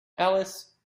alice